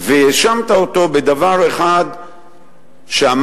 והאשמת אותו בדבר אחד שאמרת,